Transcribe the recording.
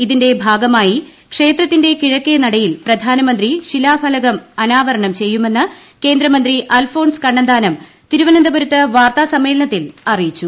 ഇതിന്റെ പ്രധാനമന്ത്രി ഭാഗമായി ക്ഷേത്രത്തിന്റെ കിഴക്കേ നടയിൽ പ്രധാനമന്ത്രി ശിലാഫലകം അനാവരണം ചെയ്യുമെന്ന് കേന്ദ്രമന്ത്രി അൽഫോൺസ് കണ്ണന്താനം തിരുവനന്തപുരത്ത് വാർത്താ സമ്മേളനത്തിൽ അറിയിച്ചു